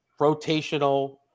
rotational